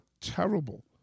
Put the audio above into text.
terrible